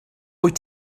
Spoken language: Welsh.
wyt